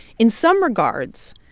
in some regards,